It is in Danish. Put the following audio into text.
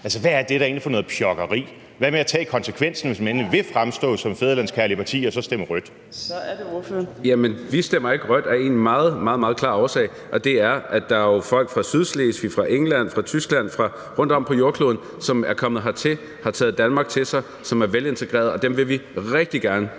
Altså, hvad er det da egentlig for noget pjokkeri? Hvad med at tage konsekvensen, hvis man endelig vil fremstå som et fædrelandskærligt parti, og så stemme rødt? Kl. 10:23 Fjerde næstformand (Trine Torp): Så er det ordføreren. Kl. 10:23 Marcus Knuth (KF): Jamen vi stemmer ikke rødt af en meget, meget klar årsag, og det er, at der jo er folk fra Sydslesvig, fra England, fra Tyskland, fra rundtom på jordkloden, som er kommet hertil, har taget Danmark til sig, som er velintegrerede, og dem vil vi rigtig gerne